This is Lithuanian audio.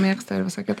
mėgsta ir visa kita